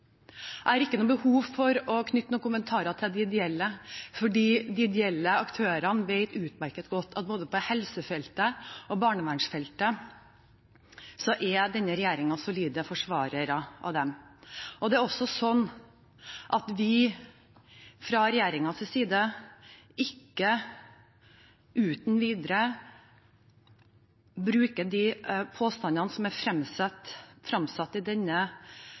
Jeg har ikke noe behov for å knytte noen kommentarer til de ideelle, for de ideelle aktørene vet utmerket godt at på både helsefeltet og barnevernsfeltet er denne regjeringen solide forsvarere av dem. Det er også sånn at vi fra regjeringens side ikke uten videre bruker de påstandene som er fremsatt i denne